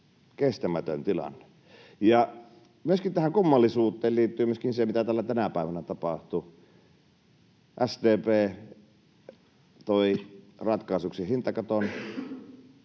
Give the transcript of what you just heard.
Kestämätön tilanne. Tähän kummallisuuteen liittyy myöskin se, mitä täällä tänä päivänä tapahtui. SDP toi ratkaisuksi hintakaton,